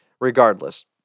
regardless